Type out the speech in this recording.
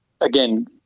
again